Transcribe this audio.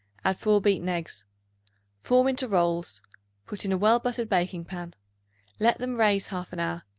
add four beaten eggs form into rolls put in a well-buttered baking-pan let them raise half an hour.